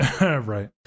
Right